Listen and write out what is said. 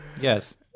Yes